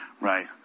Right